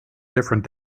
different